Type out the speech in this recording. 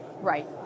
right